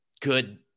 good